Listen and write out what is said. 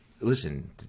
listen